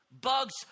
bugs